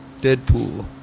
Deadpool